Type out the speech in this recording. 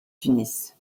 tunis